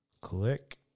click